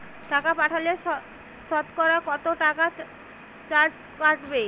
টাকা পাঠালে সতকরা কত টাকা চার্জ কাটবে?